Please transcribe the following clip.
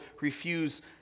refuse